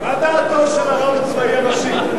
מה דעתו של הרב הצבאי הראשי?